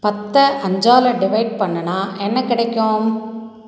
பத்தை அஞ்சால் டிவைட் பண்ணுன்னால் என்ன கிடைக்கும்